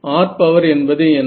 r' என்பது என்ன